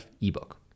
ebook